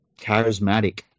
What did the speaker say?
charismatic